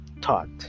taught